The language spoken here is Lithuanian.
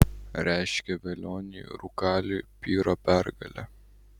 reiškia velioniui rūkaliui pyro pergalę